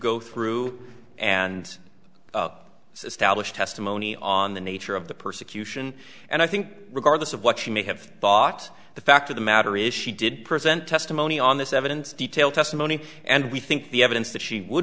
established testimony on the nature of the persecution and i think regardless of what she may have thought the fact of the matter is she did present testimony on this evidence detailed testimony and we think the evidence that she would